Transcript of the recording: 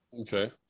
Okay